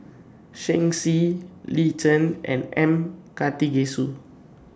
Shen Xi Lin Chen and M Karthigesu